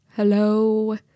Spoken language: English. Hello